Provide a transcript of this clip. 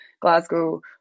Glasgow